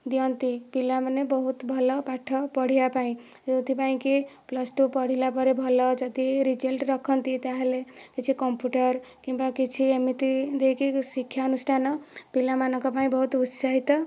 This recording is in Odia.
ଦିଅନ୍ତି ପିଲାମାନେ ବହୁତ ଭଲ ପାଠ ପଢ଼ିବା ପାଇଁ ଯେଉଁଥି ପାଇଁ କି ପ୍ଲସ୍ଟୁ ପଢ଼ିଲା ପରେ ଭଲ ଯଦି ରେଜଲ୍ଟ ରଖନ୍ତି ତାହେଲେ କିଛି କମ୍ପୁଟର କିମ୍ବା କିଛି ଏମିତି ଦେଇକି ଶିକ୍ଷାନୁଷ୍ଠାନ ପିଲାମାନଙ୍କ ପାଇଁ ବହୁତ ଉତ୍ସାହିତ